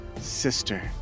Sister